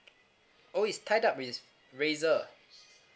oh it's tied up with razer